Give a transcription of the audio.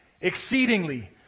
exceedingly